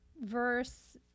verse